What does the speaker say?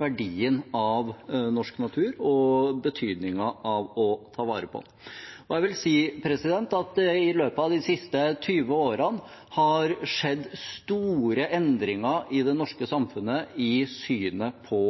verdien av norsk natur og betydningen av å ta vare på den. Jeg vil si at det i løpet av de siste 20 årene har skjedd store endringer i det norske samfunnet i synet på